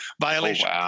Violation